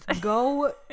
Go